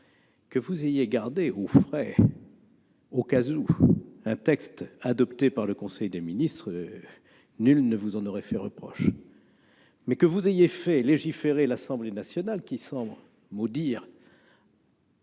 le 28 juin ? Garder au frais, au cas où, un texte adopté par le conseil des ministres, nul ne vous en aurait fait le reproche. Mais que vous ayez fait légiférer l'Assemblée nationale qui, sans mot dire,